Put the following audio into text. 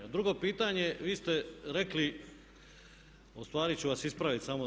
A drugo pitanje, vi ste rekli, ustvari ću vas ispraviti samo.